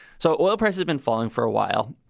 so oil prices have been falling for a while.